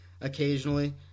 occasionally